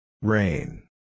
Rain